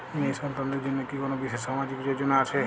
মেয়ে সন্তানদের জন্য কি কোন বিশেষ সামাজিক যোজনা আছে?